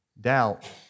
doubt